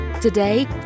Today